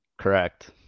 Correct